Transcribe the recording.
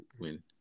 win